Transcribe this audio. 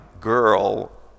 girl